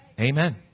Amen